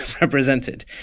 represented